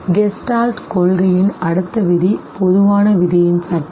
Gestalt கொள்கையின் அடுத்த விதி பொதுவான விதியின் சட்டம்